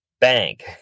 bank